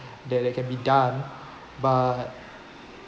that it can be done but